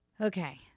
Okay